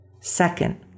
Second